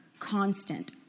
constant